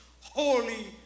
Holy